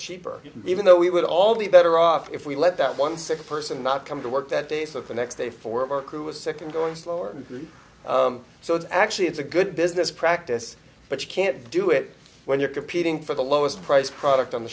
cheaper even though we would all be better off if we let that one sick person not come to work that day so the next day four of our crew a second going slower so it's actually it's a good business practice but you can't do it when you're competing for the lowest price product on the